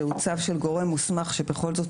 שהוא צו של גורם מוסמך שבכל זאת,